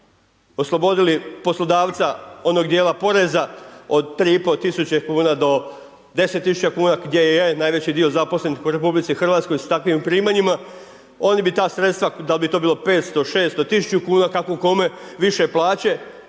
oslobodili poslodavca onog djela poreza od 3500 kuna do 10000 gdje je najveći dio zaposlen u RH sa takvim primanjima, oni bi ta sredstva, dal' bi to bilo 500, 600, 1000 kako kome, više plaće,